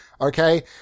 okay